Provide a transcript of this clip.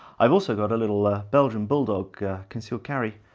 i've also got a little ah belgium bulldog concealed carry